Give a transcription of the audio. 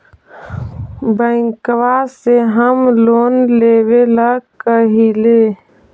बैंकवा से हम लोन लेवेल कहलिऐ?